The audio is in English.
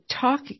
talk